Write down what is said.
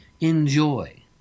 enjoy